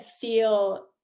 feel